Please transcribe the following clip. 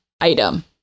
item